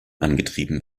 angetrieben